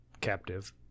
captive